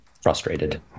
frustrated